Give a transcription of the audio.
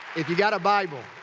if you got a bible.